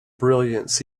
brilliance